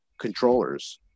controllers